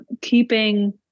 keeping